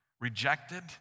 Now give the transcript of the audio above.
Rejected